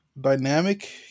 Dynamic